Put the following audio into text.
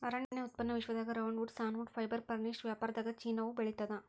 ಅರಣ್ಯ ಉತ್ಪನ್ನ ವಿಶ್ವದಾಗ ರೌಂಡ್ವುಡ್ ಸಾನ್ವುಡ್ ಫೈಬರ್ ಫರ್ನಿಶ್ ವ್ಯಾಪಾರದಾಗಚೀನಾವು ಬೆಳಿತಾದ